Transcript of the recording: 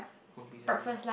I want pizza now